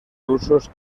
rusos